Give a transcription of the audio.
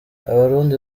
abarundi